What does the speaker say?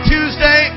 Tuesday